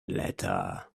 letter